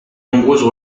nombreuses